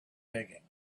digging